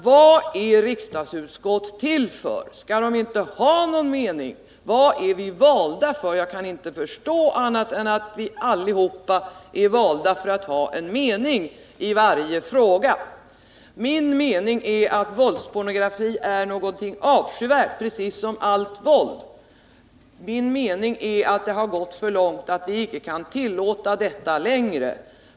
Vad är riksdagsutskott till för? Skall de inte ha någon mening? Vad är vi valda för? Jag kan inte förstå annat än att vi allihopa är valda för att ha en mening i varje fråga. Min mening är att våldspornografi är någonting avskyvärt, precis som allt våld. Min mening är att det har gått för långt och att vi icke kan tillåta detta längre.